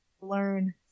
learn